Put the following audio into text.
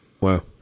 Wow